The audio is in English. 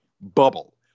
bubble